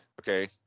okay